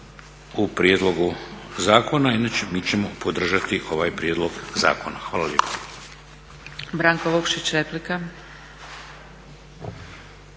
u prijedlogu zakona. Inače, mi ćemo podržati ovaj prijedlog zakona. Hvala lijepo. **Zgrebec, Dragica